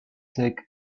sec